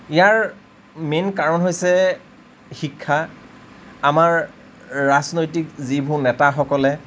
ইয়াৰ main কাৰণ হৈছে শিক্ষা আমাৰ ৰাজনৈতিক যিবোৰ নেতাসকলে